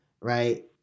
right